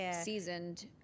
seasoned